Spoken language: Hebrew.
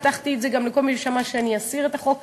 הבטחתי את זה גם לכל מי ששמע: אני אסיר את החוק.